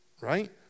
right